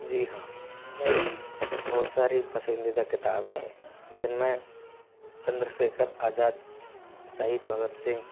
जी हाँ मेरी बहुत सारी पसंदीदा किताब हैं जिनमे चंद्र शेखर आज़ाद शहीद भगत सिंह